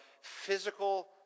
physical